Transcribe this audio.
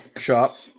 shop